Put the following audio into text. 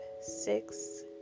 six